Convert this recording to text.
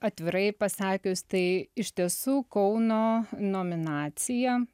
atvirai pasakius tai iš tiesų kauno nominacija